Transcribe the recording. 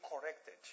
corrected